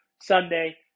Sunday